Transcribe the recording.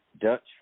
Dutch